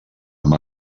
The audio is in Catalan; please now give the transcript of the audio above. amb